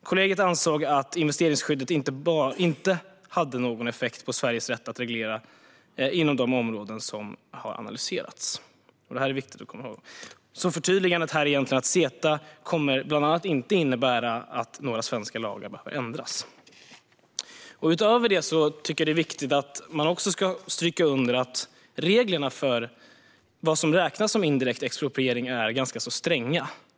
Kollegiet ansåg att investeringsskyddet inte hade någon effekt på Sveriges rätt att reglera inom de områden som har analyserats. Detta är viktigt att komma ihåg. Förtydligandet här är alltså egentligen att CETA bland annat inte kommer att innebära att några svenska lagar behöver ändras. Utöver detta tycker jag att det är viktigt att understryka att reglerna för vad som räknas som indirekt expropriering är ganska stränga.